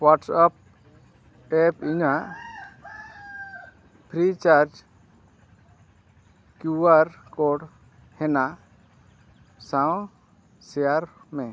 WhatsApp app ᱤᱧᱟᱹᱜ Freecharge Q R code ᱦᱮᱱᱟ ᱥᱟᱶ ᱥᱮᱭᱟᱨ ᱢᱮ